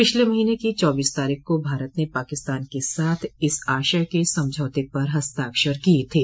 पिछले महीने की चौबीस तारीख को भारत ने पाकिस्तान के साथ इस आशय के समझौते पर हस्ताक्षर किये थे